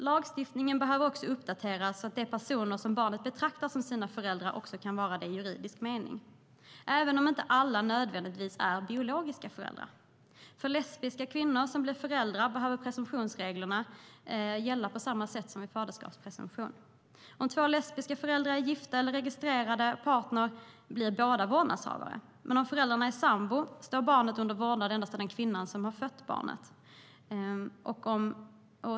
Lagstiftningen behöver uppdateras så att de personer som barnet betraktar som sina föräldrar också kan vara det i juridisk mening, även om inte alla nödvändigtvis är biologiska föräldrar. För lesbiska kvinnor som blir föräldrar behöver presumtionsreglerna gälla på samma sätt som vid faderskapspresumtion. Om två lesbiska föräldrar är gifta eller registrerade partner blir båda vårdnadshavare, men om föräldrarna är sambor står barnet under vårdnad endast av den kvinna som fött barnet.